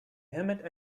emmett